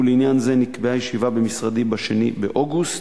ולעניין זה נקבעה ישיבה במשרדי ב-2 באוגוסט.